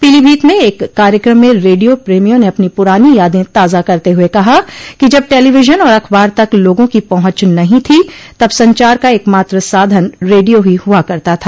पीलीभीत में एक कार्यक्रम में रेडियो प्रेमियों ने अपनी पुरानी यादे ताज़ा करते हुए कहा कि जब टेलीविजन और अखबार तक लोगों की पहुंच नहीं थी तब संचार का एकमात्र साधन रेडियो ही हुआ करता था